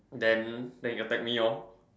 then then it attack me lor